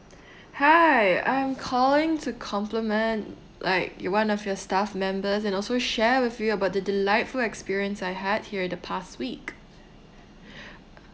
hi I'm calling to compliment like your one of your staff members and also share with you about the delightful experience I had here the past week